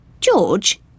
George